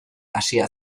hasia